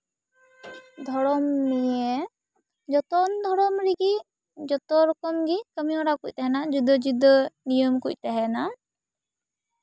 ᱫᱷᱚᱨᱚᱢ ᱱᱤᱭᱮ ᱡᱚᱛᱚ ᱫᱷᱚᱨᱚᱢ ᱨᱮᱜᱤ ᱡᱚᱛᱚ ᱨᱚᱠᱚᱢ ᱜᱤ ᱠᱟᱹᱢᱤᱦᱚᱨᱟ ᱠᱚ ᱛᱟᱦᱮᱱᱟ ᱡᱩᱫᱟᱹ ᱡᱩᱫᱟᱹ ᱱᱤᱭᱚᱢ ᱠᱩᱡ ᱛᱟᱦᱮᱱᱟ